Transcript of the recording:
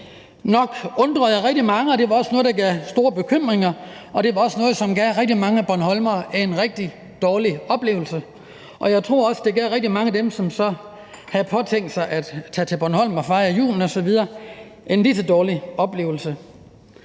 nok undrede rigtig mange, og det var noget, der gav store bekymringer, og det var også noget, som gav rigtig mange bornholmere en rigtig dårlig oplevelse. Og jeg tror også, det gav rigtig mange af dem, som havde påtænkt at tage til Bornholm og fejre julen osv., en ligeså dårlig oplevelse.